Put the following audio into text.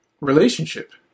relationship